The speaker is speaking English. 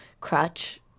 crutch